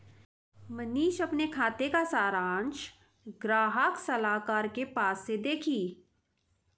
मनीषा अपने खाते का सारांश ग्राहक सलाहकार के पास से देखी